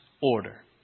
order